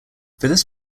this